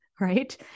right